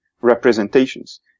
representations